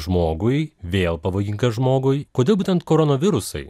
žmogui vėl pavojingas žmogui kodėl būtent koronavirusai